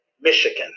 Michigan